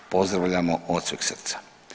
Pozdravljamo od sveg srca.